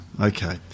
Okay